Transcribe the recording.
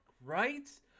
right